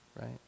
right